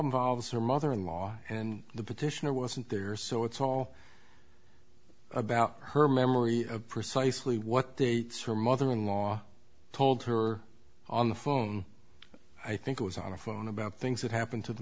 involves her mother in law and the petitioner wasn't there so it's all about her memory of precisely what they saw her mother in law told her on the phone i think it was on the phone about things that happened to the